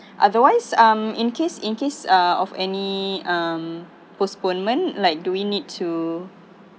otherwise um in case in case uh of any um postponement like do we need to